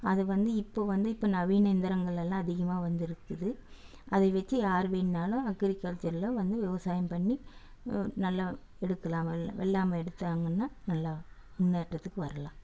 அது வந்து இப்போ வந்து இப்போ நவீன இயந்தரங்கள் எல்லாம் அதிகமாக வந்திருக்குது அதை வெச்சு யார் வேணாலும் அக்ரிகல்ச்சரில் வந்து விவசாயம் பண்ணி நல்லா எடுக்கலாம் வல் வெள்ளாமை எடுத்தாங்கன்னால் நல்லா முன்னேற்றத்துக்கு வரலாம்